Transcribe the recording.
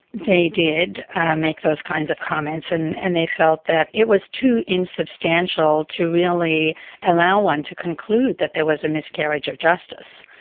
they did make those kinds of comments, and and they felt that it was too insubstantial to really allow one to conclude that there was a miscarriage of justice,